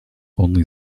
only